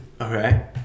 Okay